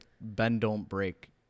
bend-don't-break